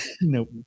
No